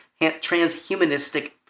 transhumanistic